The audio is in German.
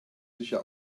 sicher